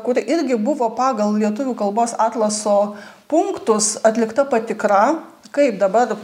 kur irgi buvo pagal lietuvių kalbos atlaso punktus atlikta patikra kaip dabar